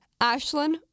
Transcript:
Ashlyn